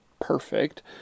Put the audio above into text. perfect